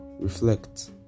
reflect